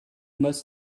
must